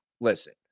Listen